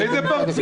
איזה פרצו?